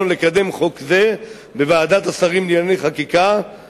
לקדם חוק זה בוועדת השרים לענייני חקיקה,